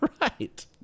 Right